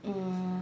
um